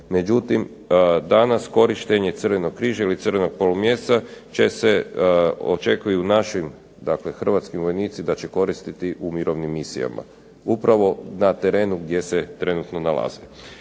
međutim danas korištenje crvenog križa ili crvenog polumjeseca će se, očekuju naši dakle hrvatski vojnici da će koristiti u mirovnim misijama, upravo na terenu gdje se trenutno nalaze.